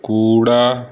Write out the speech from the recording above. ਕੂੜਾ